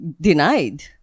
denied